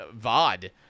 VOD